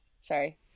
sorry